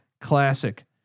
classic